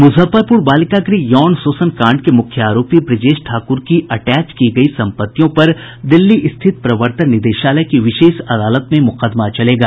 मुजफ्फरपुर बालिका गृह यौण शोषण कांड के मुख्य आरोपी ब्रजेश ठाकुर की अटैच की गयी संपत्तियों पर दिल्ली स्थित प्रवर्तन निदेशालय की विशेष अदालत में मुकदमा चलेगा